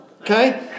Okay